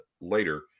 later